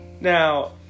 Now